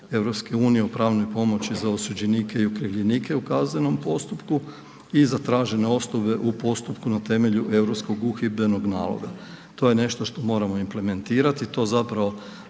EU o pravnoj pomoći za osuđenike i okrivljenike u kaznenom postupku i zatražene osnove u postupku na temelju Europskog uhidbenog naloga, to je nešto što moramo implementirati i to